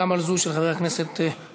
גם על זו של חבר הכנסת עמר,